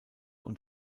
und